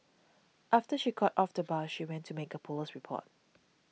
after she got off the bus she went to make a police report